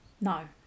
No